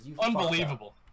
Unbelievable